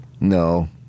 No